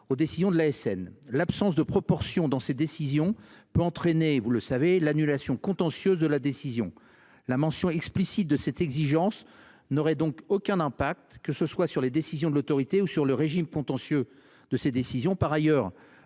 aux décisions de l’ASN. L’absence de proportion d’une décision peut entraîner son annulation contentieuse. La mention explicite de cette exigence n’aurait donc aucun impact, que ce soit sur les décisions de l’autorité ou sur le régime contentieux de ces décisions. Par ailleurs,